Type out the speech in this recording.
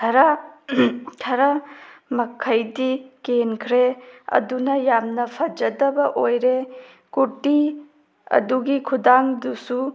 ꯈꯔ ꯈꯔ ꯃꯈꯩꯗꯤ ꯀꯦꯟꯈ꯭ꯔꯦ ꯑꯗꯨꯅ ꯌꯥꯝꯅ ꯐꯖꯗꯕ ꯑꯣꯏꯔꯦ ꯀꯨꯔꯇꯤ ꯑꯗꯨꯒꯤ ꯈꯨꯠꯗꯥꯡꯗꯨꯁꯨ